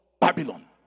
Babylon